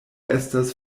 estas